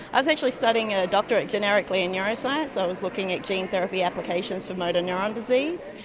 i was actually studying a doctorate generically in neuroscience. i was looking at gene therapy applications for motor neurone disease,